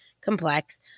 complex